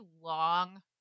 long